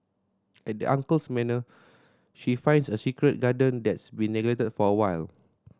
at the uncle's manor she finds a secret garden that's been neglected for a while